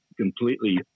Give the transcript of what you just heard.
completely